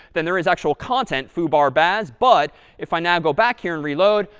than there is actual content, foo, bar, baz. but if i now go back here and reload,